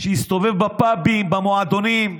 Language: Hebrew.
שהסתובב בפאבים, במועדונים,